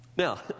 Now